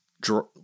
draw